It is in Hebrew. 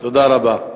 תודה רבה.